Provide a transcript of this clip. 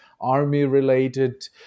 army-related